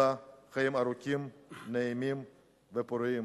אלא חיים ארוכים, נעימים ופוריים